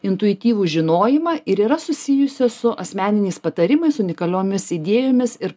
intuityvų žinojimą ir yra susijusios su asmeniniais patarimais unikaliomis idėjomis ir